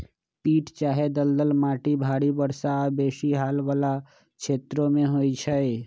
पीट चाहे दलदल माटि भारी वर्षा आऽ बेशी हाल वला क्षेत्रों में होइ छै